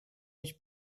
his